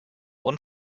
und